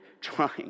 trying